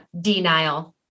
denial